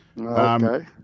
Okay